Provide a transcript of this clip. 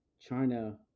China